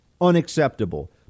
unacceptable